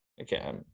okay